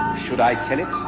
should i tell it?